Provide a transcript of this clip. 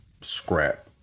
scrap